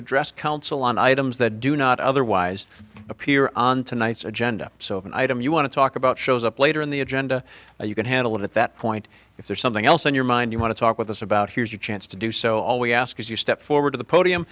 address counsel on items that do not otherwise appear on tonight's agenda so if an item you want to talk about shows up later in the agenda you can handle it at that point if there's something else on your mind you want to talk with us about here's your chance to do so all we ask is you step forward to the podium